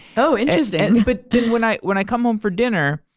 oh, interesting. but when i when i come home for dinner,